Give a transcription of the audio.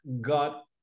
got